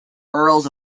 earls